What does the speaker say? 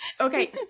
okay